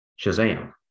Shazam